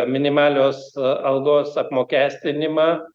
minimalios algos apmokestinimą